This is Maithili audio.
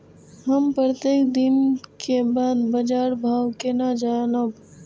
हम प्रत्येक दिन के बाद बाजार भाव केना जानब?